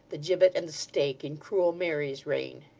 the gibbet, and the stake in cruel mary's reign.